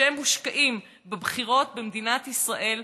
שמושקעים בבחירות במדינת ישראל,